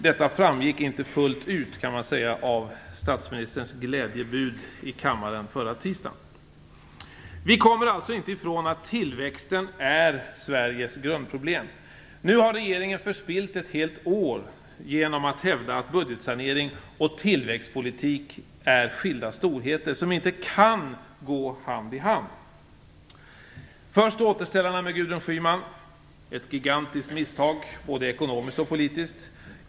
Detta framgick inte fullt ut av statsministerns glädjebud i kammaren förra tisdagen. Först var det återställarna med Gudrun Schyman. Det var ett gigantiskt misstag, både ekonomiskt och politiskt.